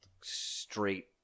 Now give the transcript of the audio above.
straight